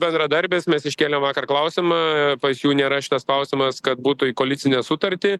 bendradarbis mes iškėlę vakar klausimą pas jų nėra šitas klausimas kad būtų į koalicinę sutartį